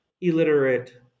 illiterate